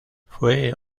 fue